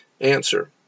Answer